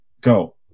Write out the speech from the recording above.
Go